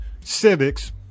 civics